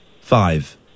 Five